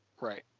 right